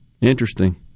Interesting